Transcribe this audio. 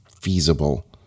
feasible